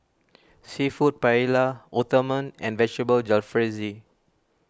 Seafood Paella Uthapam and Vegetable Jalfrezi